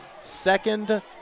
second